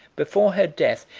before her death,